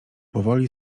powoli